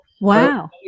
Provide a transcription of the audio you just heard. Wow